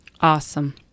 Awesome